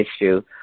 issue